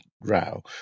row